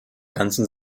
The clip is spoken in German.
ganzen